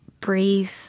Breathe